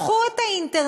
פתחו את האינטרנט,